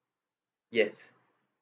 yes